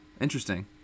Interesting